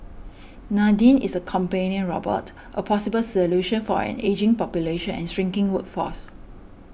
Nadine is a companion robot a possible solution for an ageing population and shrinking workforce